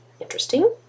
Interesting